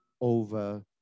over